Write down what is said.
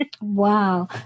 wow